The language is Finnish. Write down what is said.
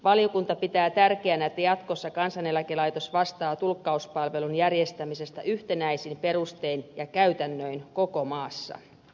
valiokunta pitää tärkeänä että jatkossa kansaneläkelaitos vastaa tulkkauspalvelun järjestämisestä yhtenäisin perustein ja käytännöin koko maassa